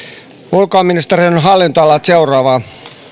ulkoministeriön hallintoalalta seuraavaa